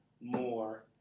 more